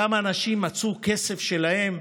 כמה אנשים מצאו כסף שלהם?